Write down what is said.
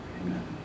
Amen